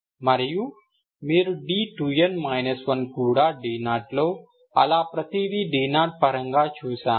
మరియు మీరు d2n 1 కూడా d0 లో అలా ప్రతిదీ d0 పరంగా చూశాము